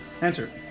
Answer